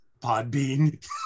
Podbean